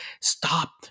stop